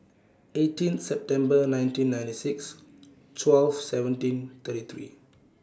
eighteen September nineteen ninety six twelve seventeen thirty three